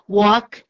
walk